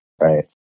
Right